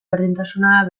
berdintasuna